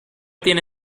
tiene